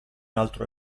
altro